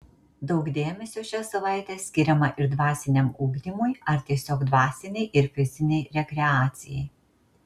daug dėmesio šią savaitę skiriama ir dvasiniam ugdymui ar tiesiog dvasinei ir fizinei rekreacijai